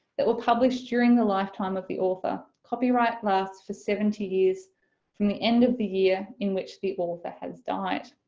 that were published during the lifetime of the author, copyright lasts for seventy years from the end of the year in which the author has died.